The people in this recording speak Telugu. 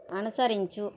అనుసరించు